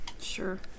Sure